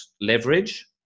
leverage